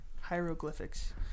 Hieroglyphics